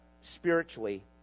spiritually